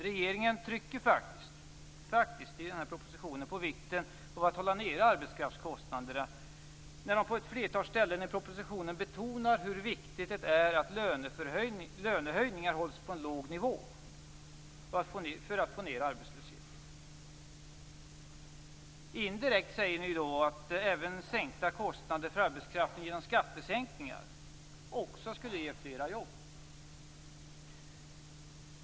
Regeringen betonar faktiskt i propositionen vikten av att hålla nere arbetskraftskostnaderna när man på massor av ställen framhåller hur viktigt det är att lönehöjningarna hålls på en låg nivå för att man skall få ned arbetslösheten. Indirekt säger ni då att också sänkta kostnader för arbetskraft genom skattesänkningar skulle ge fler jobb.